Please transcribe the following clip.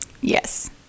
Yes